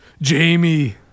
jamie